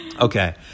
Okay